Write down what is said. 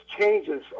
changes